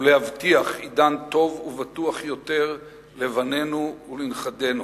ולהבטיח עידן טוב ובטוח יותר לבנינו ולנכדינו,